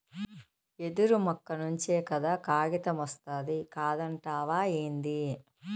యెదురు మొక్క నుంచే కదా కాగితమొస్తాది కాదంటావేంది